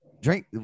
drink